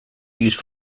used